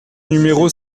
numéro